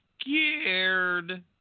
scared